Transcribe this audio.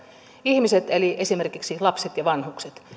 ihmiset eli esimerkiksi lapset ja vanhukset